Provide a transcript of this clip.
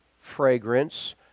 fragrance